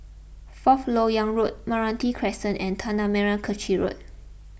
Fourth Lok Yang Road Meranti Crescent and Tanah Merah Kechil Road